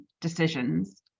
decisions